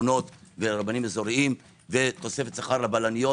שכונות ורבנים אזוריים ותוספת שכר לבלניות,